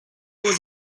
was